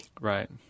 right